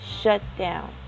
shutdown